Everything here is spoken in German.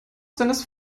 seines